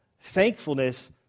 thankfulness